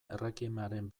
requiemaren